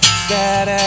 sad